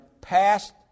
passed